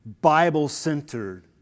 Bible-centered